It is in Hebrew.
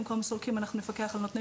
במקום סולקים אנחנו נפקח על נותני